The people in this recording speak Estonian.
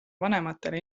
vanematele